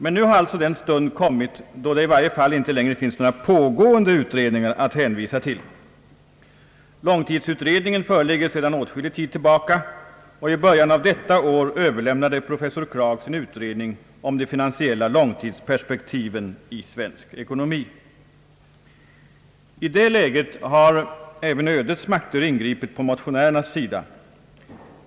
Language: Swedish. Men nu har alltså den stund kommit då det i varje fall inte längre finns några pågående utredningar att hänvisa till. Långtidsutredningen föreligger sedan lång tid, och i början av detta år överlämnade professor Kragh sin utredning om de finansiella långtidsperspektiven i svensk ekonomi. I det läget har även ödets makter ingripit på motionärernas sida.